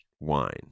wine